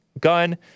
gun